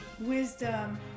wisdom